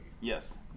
Yes